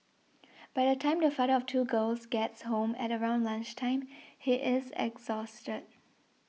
by the time the father of two girls gets home at around lunch time he is exhausted